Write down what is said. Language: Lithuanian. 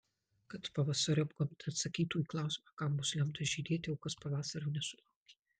kad pavasariop gamta atsakytų į klausimą kam bus lemta žydėti o kas pavasario nesulaukė